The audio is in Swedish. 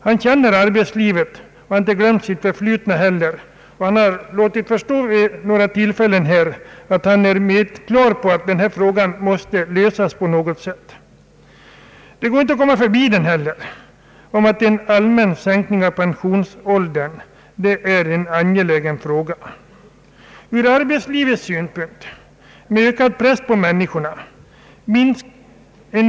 Han känner arbetslivet — han har heller inte glömt sitt förflutna — och han har vid några tillfällen låtit förstå att han är klar över att denna fråga måste lösas på något sätt. Det går inte att komma ifrån att en allmän sänkning av pensionsåldern är en angelägen fråga ur arbetslivets synpunkt med den ökade pressen på människorna.